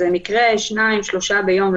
שניים או שלושה ביום,